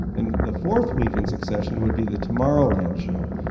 and the fourth week in succession would be the tomorrowland show.